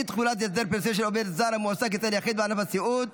אי-תחולת הסדר פנסיוני על עובד זר המועסק אצל יחיד בענף הסיעוד),